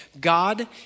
God